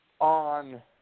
on